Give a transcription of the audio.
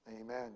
Amen